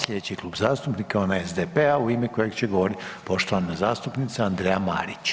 Slijedeći Klub zastupnika je onaj SDP-a u ime kojeg će govorit poštovana zastupnica Andreja Marić.